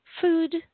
Food